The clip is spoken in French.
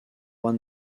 juan